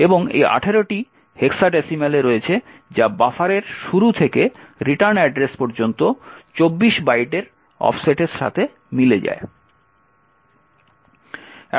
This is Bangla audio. এবং এই 18টি হেক্সাডেসিমেলে রয়েছে যা বাফারের শুরু থেকে রিটার্ন অ্যাড্রেস পর্যন্ত 24 বাইটের অফসেটের সাথে মিলে যায়